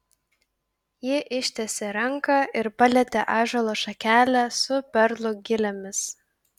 ji ištiesė ranką ir palietė ąžuolo šakelę su perlų gilėmis